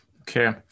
Okay